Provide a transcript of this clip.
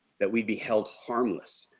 that we'd be held harmless.